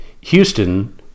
Houston –